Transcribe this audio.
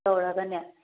ꯇꯧꯔꯒꯅꯦ